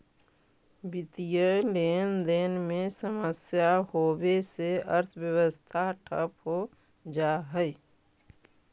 वित्तीय लेनदेन में समस्या होवे से अर्थव्यवस्था ठप हो जा हई